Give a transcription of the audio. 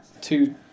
two